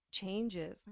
changes